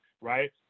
Right